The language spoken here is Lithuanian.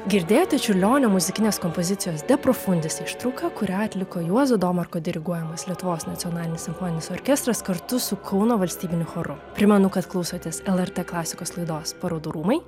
girdėjote čiurlionio muzikinės kompozicijos de profundis ištrauką kurią atliko juozo domarko diriguojamas lietuvos nacionalinis simfoninis orkestras kartu su kauno valstybiniu choru primenu kad klausotės lrt klasikos laidos parodų rūmai